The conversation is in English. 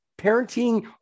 parenting